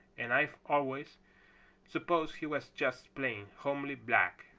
and i've always supposed he was just plain, homely black.